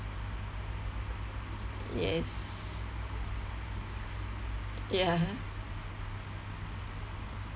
yes ya